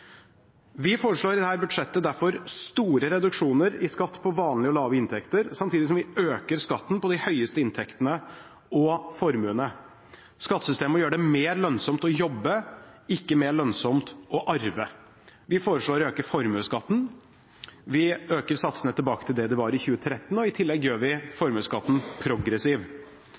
Vi foreslår i dette budsjettet derfor store reduksjoner i skatt på vanlige og lave inntekter, samtidig som vi øker skatten på de høyeste inntektene og formuene. Skattesystemet må gjøre det mer lønnsomt å jobbe, ikke mer lønnsomt å arve. Vi foreslår å øke formuesskatten, vi øker satsene tilbake til det de var i 2013, og i tillegg gjør vi formuesskatten progressiv.